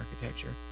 architecture